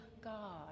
God